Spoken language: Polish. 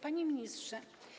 Panie Ministrze!